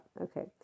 Okay